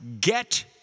get